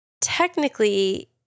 technically